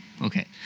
Okay